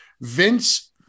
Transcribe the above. Vince